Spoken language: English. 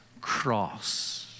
cross